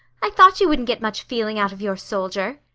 i thought you wouldn't get much feeling out of your soldier.